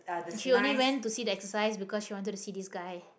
she only went to see the exercise because she wanted to see this guy